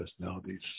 personalities